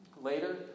Later